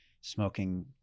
smoking